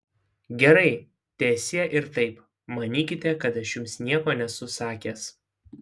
gerai teesie ir taip manykite kad aš jums nieko nesu sakęs